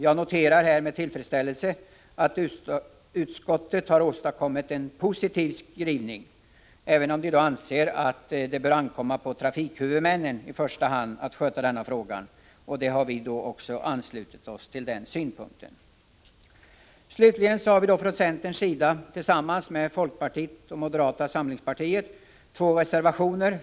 Jag noterar med tillfredsställelse att utskottet här har åstadkommit en positiv skrivning. Utskottet anser visserligen att det bör ankomma på i första hand trafikhuvudmännen att ta ställning till dessa frågor, men detta är en synpunkt som vi har anslutit oss till. Centerpartiet har vidare tillsammans med folkpartiet och moderata samlingspartiet två reservationer.